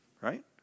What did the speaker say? Right